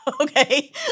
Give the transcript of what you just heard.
okay